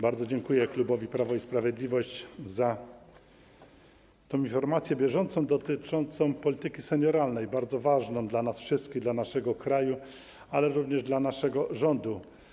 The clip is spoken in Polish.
Bardzo dziękuję klubowi Prawo i Sprawiedliwość za to, że wniósł o informację bieżącą dotyczącą polityki senioralnej, bardzo ważnej dla nas wszystkich, dla naszego kraju, ale również dla naszego rządu.